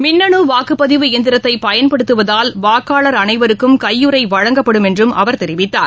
மின்னுவாக்குப்பதிவு இயந்திரத்தையள்படுத்துவதால் வாக்காளர் அனைவருக்கும் கையுறைவழங்கப்படும் என்றும் அவர் தெரிவித்தார்